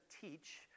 teach